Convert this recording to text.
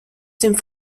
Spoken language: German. dem